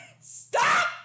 Stop